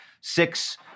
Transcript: six